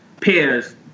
pairs